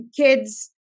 kids